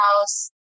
house